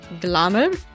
Glamour